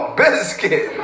biscuit